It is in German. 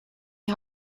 die